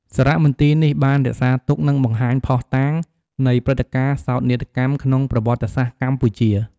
សារមន្ទីរនេះបានរក្សាទុក និងបង្ហាញភស្តុតាងនៃព្រឹត្តការណ៍សោកនាដកម្មក្នុងប្រវត្តិសាស្ត្រកម្ពុជា។